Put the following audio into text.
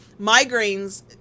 migraines